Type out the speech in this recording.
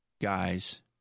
guys